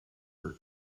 her